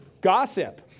Gossip